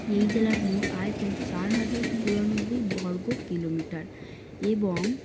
এই জেলার মোট আয়তন চার হাজার চুরানব্বই বর্গ কিলোমিটার এবং